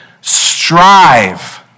strive